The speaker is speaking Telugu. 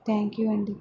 థ్యాంక్యూ అండి